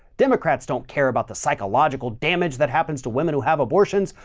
democrats don't care about the psychological damage that happens to women who have abortions.